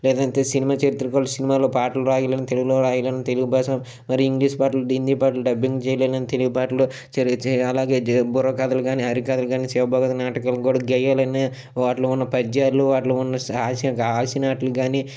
లేదు అంటే సినిమా చరిత్రకలు సినిమాలో పాటలు రాయాలి అన్నా తెలుగులో రాయడం తెలుగు భాషలో మరి ఇంగ్లీష్ పాటలు హిందీ పాటలు డబ్బింగ్ చేయలేం తెలుగు పాటలు అలాగే బుర్రకథలు కానీ హరికథలు కానీ శివపద నాటకాలు గేయాలు అన్నా వాటిలో ఉన్న పద్యాలు వాటిలో ఉన్న హాస్యనటులు కానీ